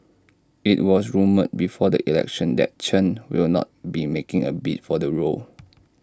IT was rumoured before the election that Chen will not be making A bid for the role